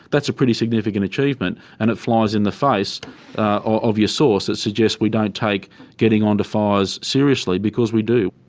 that's a pretty significant achievement, and it flies in the face of your source that suggests we don't take getting onto fires seriously, seriously, because we do.